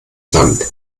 sand